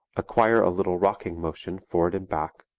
acquire a little rocking motion forward and back,